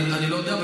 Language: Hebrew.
אני לא יודע,